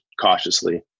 cautiously